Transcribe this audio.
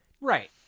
Right